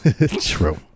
True